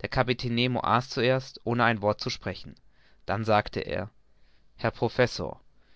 der kapitän nemo aß zuerst ohne ein wort zu sprechen dann sagte er herr professor